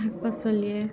শাক পাচলিয়ে